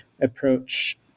approach